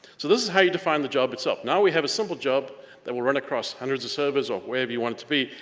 so this is how you define the job itself. now we have a simple job that will run across hundreds of servers or whatever you want it to be,